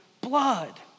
blood